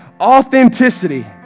Authenticity